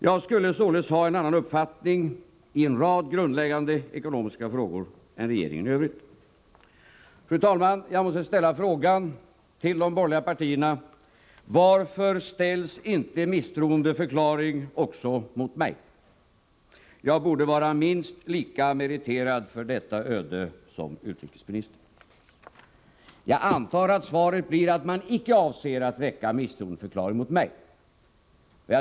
Jag skulle således ha en annan uppfattning än regeringen i övrigt i en rad grundläggande ekonomiska frågor. Jag måste, fru talman, fråga de borgerliga partierna: Varför föreslås inte misstroendeförklaring även mot mig? Jag borde vara minst lika meriterad för detta öde som utrikesministern. Jag antar att svaret blir att man inte avser att väcka misstroendeförklaring mot mig.